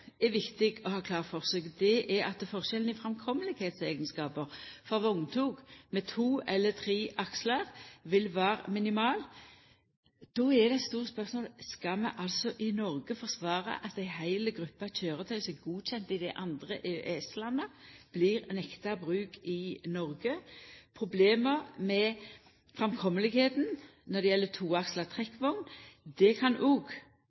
er viktig å ha klart for seg, er at forskjellen når det gjeld eigenskapane for framkomsten for vogntog med to eller tre akslar, vil vera minimal. Då er det eit stort spørsmål: Skal vi altså i Noreg forsvara at ei heil gruppe køyretøy som er godkjend i dei andre EØS-landa, blir nekta brukt i Noreg? Problema med framkomsten når det gjeld toaksla trekkvogn, kan